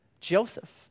Joseph